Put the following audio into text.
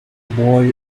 boy